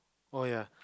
oh ya